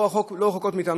לא רחוק מאתנו,